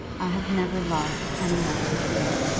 i have never loved any one but you.